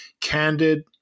candid